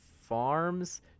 farms